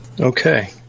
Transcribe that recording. okay